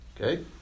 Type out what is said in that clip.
okay